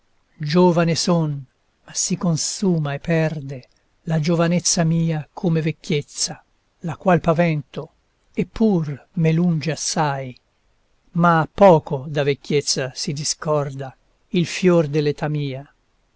giovane son ma si consuma e perde la giovanezza mia come vecchiezza la qual pavento e pur m'è lunge assai ma poco da vecchiezza si discorda il fior dell'età mia